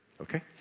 okay